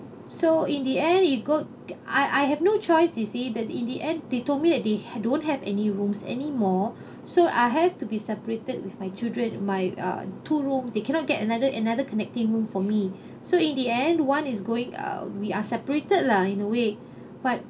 so in the end it go I I have no choice you see that in the end they told me that they don't have any rooms anymore so I have to be separated with my children my uh two rooms they cannot get another another connecting room for me so in the end one is going uh we are separated lah in a way but